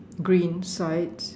green sides